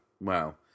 wow